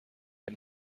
and